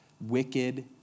wicked